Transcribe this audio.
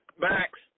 Max